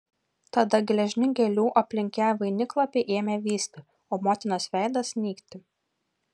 tada gležni gėlių aplink ją vainiklapiai ėmė vysti o motinos veidas nykti